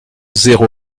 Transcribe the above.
zéro